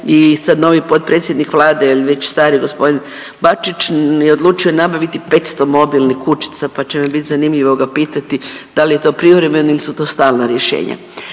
i sad novi potpredsjednik Vlade ili već stari gospodin Bačić je odlučio nabaviti 500 mobilnih kućica pa će mi bit zanimljivo ga pitati da li je to privremeno ili su to stalna rješenja.